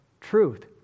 truth